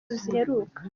ziheruka